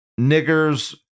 niggers